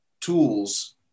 tools